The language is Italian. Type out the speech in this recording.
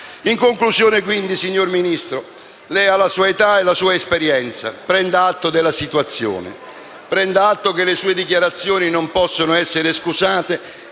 In conclusione, signor Ministro, lei ha la sua età e la sua esperienza: prenda atto della situazione, prenda atto del fatto che le sue dichiarazioni non possono essere scusate